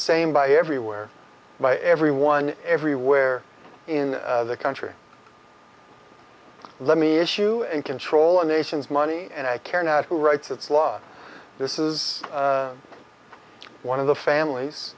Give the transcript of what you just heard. same by everywhere by everyone everywhere in the country let me issue and control a nation's money and i care not who writes its law this is one of the families